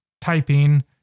typing